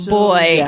boy